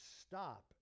stop